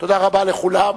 תודה רבה לכולם.